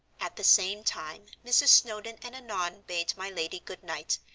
at the same time mrs. snowdon and annon bade my lady good-night,